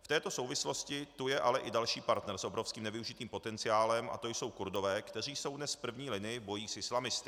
V této souvislosti tu je ale i další partner s obrovským nevyužitým potenciálem a to jsou Kurdové, kteří jsou dnes v první linii v bojích s islamisty.